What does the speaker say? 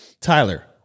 Tyler